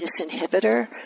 disinhibitor